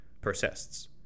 persists